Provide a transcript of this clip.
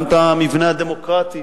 גם את המבנה הדמוקרטי